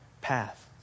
path